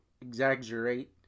exaggerate